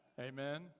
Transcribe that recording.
Amen